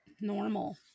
normal